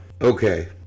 Okay